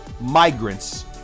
migrants